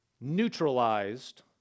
neutralized